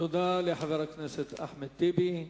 תודה לחבר הכנסת אחמד טיבי.